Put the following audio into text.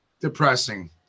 depressing